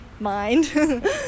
mind